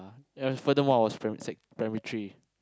ya furthermore I was prim~ sec~ primary three